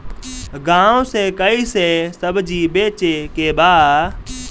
गांव से कैसे सब्जी बेचे के बा?